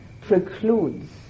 precludes